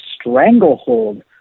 stranglehold